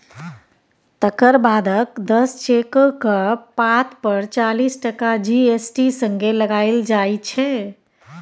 तकर बादक दस चेकक पात पर चालीस टका जी.एस.टी संगे लगाएल जाइ छै